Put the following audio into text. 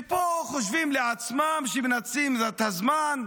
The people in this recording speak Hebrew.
ופה הם חושבים לעצמם שמנצלים את הזמן.